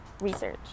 research